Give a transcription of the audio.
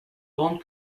grandes